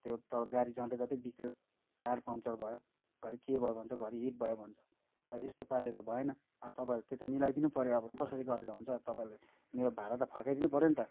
त्यो त गाडी जाँदा जाँदै बिग्रियो टायर पङ्चर भयो घरि के भयो भन्छ घरि हिट भयो भन्छ यस्तो पाराले त भएन अब तपाईँहरूले त्यो त मिलाइदिनु पऱ्यो अब कसरी गरेर हुन्छ अब तपाईँहरूले मेरो भाडा त फर्काइदिनु पऱ्यो नि त